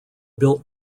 built